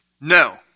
No